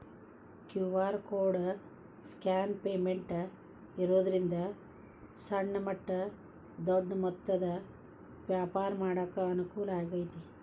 QR code scan payment ಇರೋದ್ರಿಂದ ಸಣ್ಣ ಮಟ್ಟ ದೊಡ್ಡ ಮೊತ್ತದ ವ್ಯಾಪಾರ ಮಾಡಾಕ ಅನುಕೂಲ ಆಗೈತಿ